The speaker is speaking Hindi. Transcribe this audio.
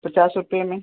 पचास रुपये में